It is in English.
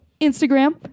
Instagram